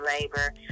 labor